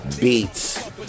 beats